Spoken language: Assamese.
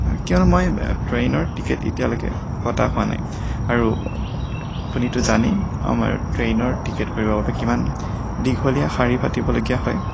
কিয়নো মই ট্ৰেইনৰ টিকট এতিয়ালৈকে কটা হোৱা নাই আৰু আপুনিতো জানেই আমাৰ ট্ৰেইনৰ টিকেট কৰিবৰ বাবে কিমান দীঘলীয়া শাৰী পাতিবলগীয়া হয়